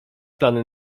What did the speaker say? plany